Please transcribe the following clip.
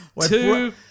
Two